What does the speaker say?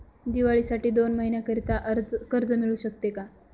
दिवाळीसाठी दोन महिन्याकरिता कर्ज मिळू शकते का?